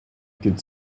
could